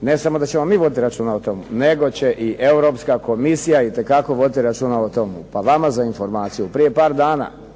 Ne samo da ćemo mi voditi računa o tome nego će i Europska komisija itekako voditi računa o tome. Pa vama za informaciju, prije par dana